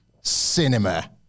Cinema